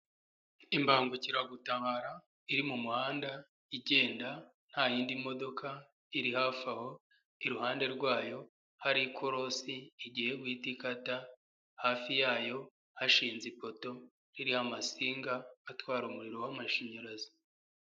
Imbangukiragutabara iri mu muhanda igenda nta y'indi modoka iri hafi aho, iruhande rwayo hari ikorosi igiheye guhita ikata, hafi yayo hashinze ifoto hiho amasinga atwara umuriro w'amashanyarazi.